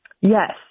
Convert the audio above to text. Yes